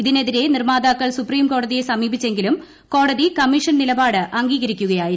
ഇതിന് എതിരെ നിർമാതാക്കൾ സുപ്രീംകോടതിയെ സ്മീപിച്ചെങ്കിലും കോടതി കമ്മീഷൻ നിലപാട് അംഗീകരിക്കുക്ടിയായിരുന്നു